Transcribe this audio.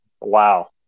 wow